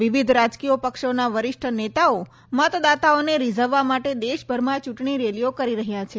વિવિધ રાજકીય પક્ષોના વરિષ્ઠ નેતાઓ મતદાતાઓને રીઝવવા માટે દેશભરમાં ચુંટણી રેલીઓ કરી રહયાં છે